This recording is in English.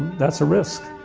that's a risk,